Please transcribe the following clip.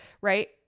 right